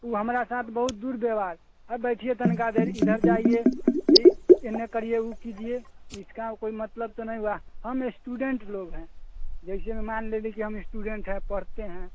उ हमरा साथ बहुत दुर्व्यवहार बैठियै तनिका देर इधर जाइए ई एन्ने करियै उ कीजिए इसका कोइ मतलब तो नही हुआ हम स्टूडेंट लोग हैं जैसे मानि लेलीह कि हम स्टूडेंट हैं पढ़ते हैं